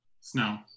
Snow